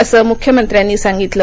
असं मुख्यमंत्र्यांनी सांगितलं